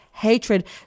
Hatred